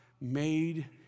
made